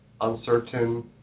uncertain